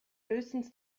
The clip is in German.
höchstens